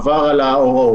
עבר על ההוראות.